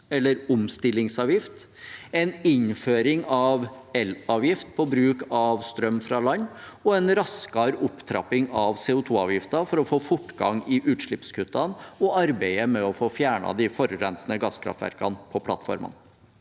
eller omstillingsavgift, en innføring av elavgift på bruk av strøm fra land og en raskere opptrapping av CO2-avgiften for å få fortgang i utslippskuttene og arbeidet med å få fjernet de forurensende gasskraftverkene på plattformene.